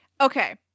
Okay